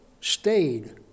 stayed